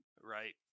Right